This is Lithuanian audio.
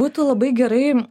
būtų labai gerai